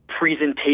presentation